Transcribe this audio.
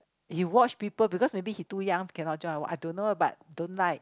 he watch people because maybe he too young cannot join or what I don't know but don't like